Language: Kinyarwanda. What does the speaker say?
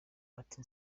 ati